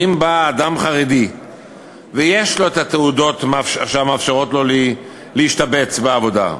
שאם בא אדם חרדי ויש לו התעודות שמאפשרות לו להשתבץ בעבודה,